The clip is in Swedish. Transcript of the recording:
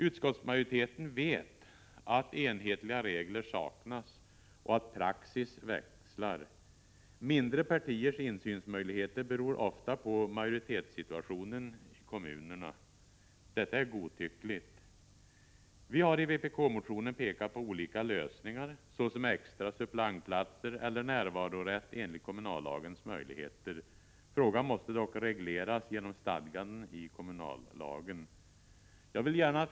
Utskottsmajoriteten vet att enhetliga regler saknas och att praxis växlar. Mindre partiers insynsmöjligheter beror ofta på majoritetssituationen i kommunerna. Detta är godtyckligt. Vi har i vpk-motionen pekat på olika lösningar, såsom extra suppleantplatser eller närvarorätt enligt kommunallagens möjligheter. Frågan måste dock regleras genom stadganden i kommunallagen.